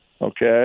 okay